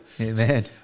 Amen